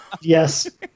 Yes